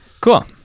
Cool